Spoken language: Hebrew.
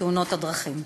תאונות הדרכים.